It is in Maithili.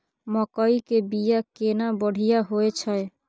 मकई के बीया केना बढ़िया होय छै?